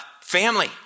family